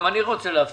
גם אני רוצה להפסיק.